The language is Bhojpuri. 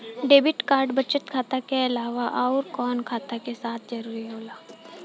डेबिट कार्ड बचत खाता के अलावा अउरकवन खाता के साथ जारी होला?